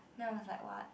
then I was like what